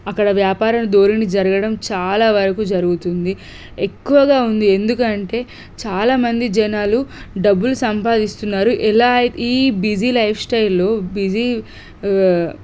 అక్కడ వ్యాపారణ ధోరణి జరగడం చాలా వరకు జరుగుతుంది ఎక్కువగా ఉంది ఎందుకంటే చాలా మంది జనాలు డబ్బులు సంపాదిస్తున్నారు ఎలా అయి ఈ బిజీ లైఫ్ స్టైల్లో బిజీ